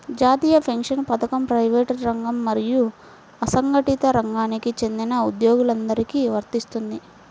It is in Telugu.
జాతీయ పెన్షన్ పథకం ప్రైవేటు రంగం మరియు అసంఘటిత రంగానికి చెందిన ఉద్యోగులందరికీ వర్తిస్తుంది